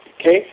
okay